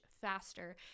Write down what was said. faster